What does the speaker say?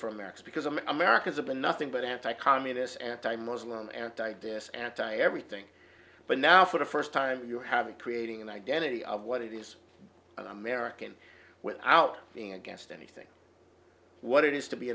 for america because i'm americans have been nothing but anti communist anti muslim anti dis anti everything but now for the first time you have it creating an identity of what it is an american without being against anything what it is to be